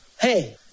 Hey